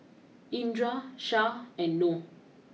Indra Shah and Noh